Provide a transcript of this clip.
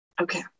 okay